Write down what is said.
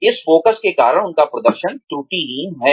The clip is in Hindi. इस फोकस के कारण उनका प्रदर्शन त्रुटिहीन है